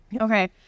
Okay